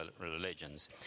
religions